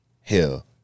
hell